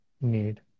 need